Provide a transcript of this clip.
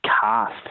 cast